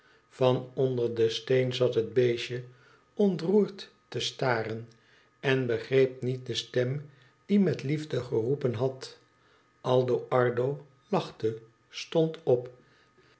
van onder den steen zat het beestje ontroerd te staren en begreep niet de stem die met liefde geroepen had aldo ardo lachte stond op